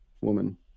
woman